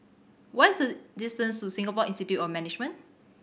what is the distance to Singapore Institute of Management